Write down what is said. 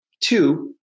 Two